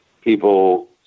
people